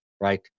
right